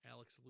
Alex